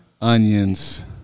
Onions